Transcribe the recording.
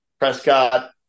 Prescott